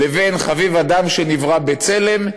לבין "חביב אדם שנברא בצלם",